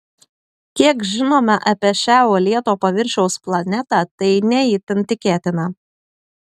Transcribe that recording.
kiek žinome apie šią uolėto paviršiaus planetą tai ne itin tikėtina